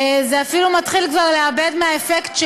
וזה אפילו מתחיל כבר לאבד מהאפקט שלו,